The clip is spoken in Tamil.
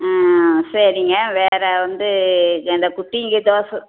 ஆ சரிங்க வேறு வந்து அந்த குட்டிங்க தோசை